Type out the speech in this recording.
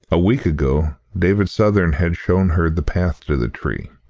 a week ago, david southern had shown her the path to the tree.